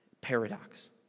paradox